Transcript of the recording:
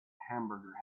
hamburger